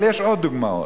אבל יש עוד דוגמאות.